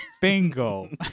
bingo